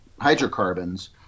hydrocarbons